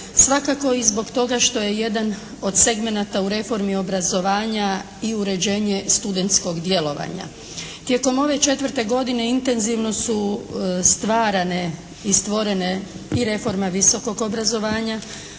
svakako i zbog toga što je jedan od segmenata u reformi obrazovanja i uređenje studentskog djelovanja. Tijekom ove četvrte godine intenzivno su stvarane i stvorene i reforme visokog obrazovanja.